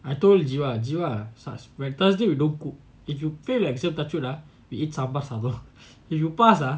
I told giwa giwa thursday we don't cook if you fail the exam touch wood ah we eat sambal supper if you pass ah